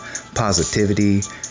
positivity